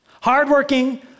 Hardworking